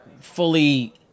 fully